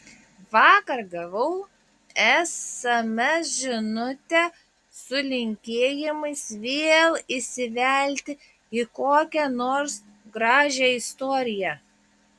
vakar gavau sms žinutę su linkėjimais vėl įsivelti į kokią nors gražią istoriją